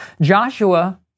Joshua